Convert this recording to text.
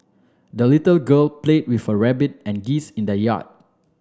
the little girl played with her rabbit and geese in the yard